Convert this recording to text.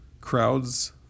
crowds